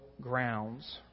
grounds